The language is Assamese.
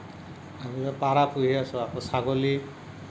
আৰু এই পাৰ পুহি আছোঁ আকৌ ছাগলী